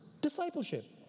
Discipleship